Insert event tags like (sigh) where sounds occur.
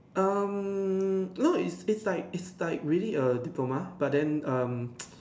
um no it's it's like it's like really a diploma but then um (noise)